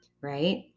right